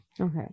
Okay